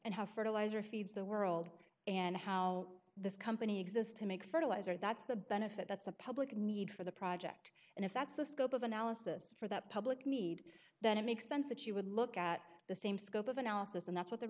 and how fertilizer feeds the world and how this company exists to make fertilizer that's the benefit that's a public need for the project and if that's the scope of analysis for that public need then it makes sense that you would look at the same scope of analysis and that's what the